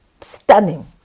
stunning